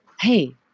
Hey